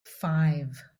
five